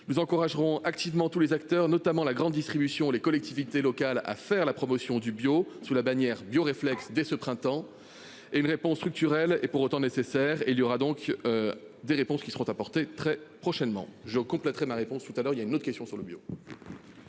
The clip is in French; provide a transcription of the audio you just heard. nous encouragerons activement tous les acteurs, notamment la grande distribution, les collectivités locales à faire la promotion du bio sous la bannière du réflexe dès ce printemps et une réponse structurelle et pour autant nécessaire et il y aura donc. Des réponses qui seront apportées très prochainement je complèterait ma réponse tout à l'heure, il y a une autre question sur le